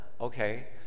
okay